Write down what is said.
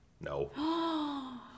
No